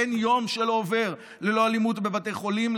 ואין יום שעובר ללא אלימות בבתי חולים,